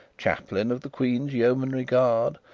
chaplain of the queen's yeomanry guard,